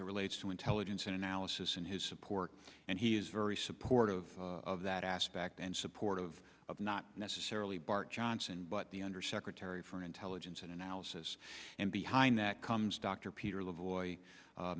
it relates to intelligence and analysis and his support and he is very supportive of that aspect and supportive of not necessarily bart johnson but the undersecretary for intelligence and analysis and behind that comes dr peter l